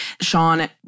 Sean